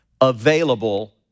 available